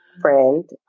Friend